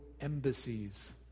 embassies